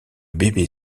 bébé